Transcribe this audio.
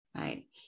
right